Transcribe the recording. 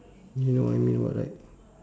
you know what I mean [what] right